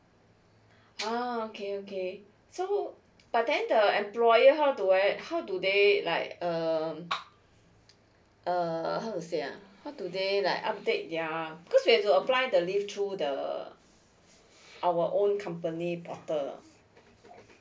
oh okay okay so but then the the employer how do I how do they like um uh how to say ah how do they like update their because we'll have to apply the leave through the err our own company portal